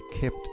kept